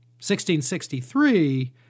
1663